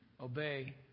obey